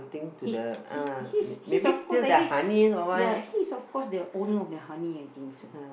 he's he's he's he's of course I think ya he is of course the owner of the honey I think so